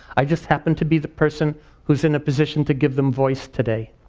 i just happen to be the person who's in a position to give them voice today.